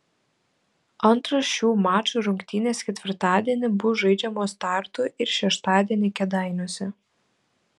antros šių mačų rungtynės ketvirtadienį bus žaidžiamos tartu ir šeštadienį kėdainiuose